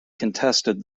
contested